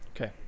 okay